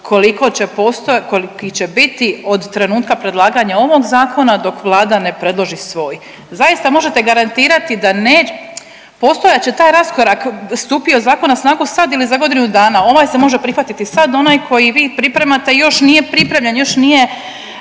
koliki će biti od trenutka predlaganja ovog zakona dok Vlada ne predloži svoj? Zaista može garantirati da ne… postojat će taj raskorak stupio zakon na snagu sad ili za godinu dana, ovaj se može prihvatit sad, onaj koji vi pripremate još nije pripremljen, još nije